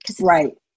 Right